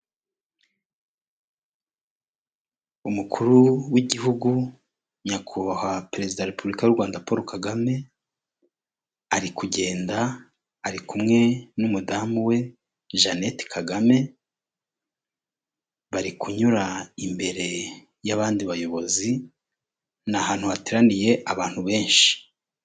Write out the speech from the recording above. Umukuru w'Igihugu Nyakubahwa Perezida wa Repubulika y'u Rwanda Paul Kagame ari kugenda, ari kumwe n'umudamu we Jeanette Kagame, bari kunyura imbere y'abandi Bayobozi, ni ahantu hateraniye abantu benshi.